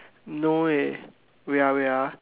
no eh wait ah wait ah